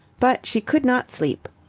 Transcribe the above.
but she could not sleep.